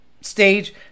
stage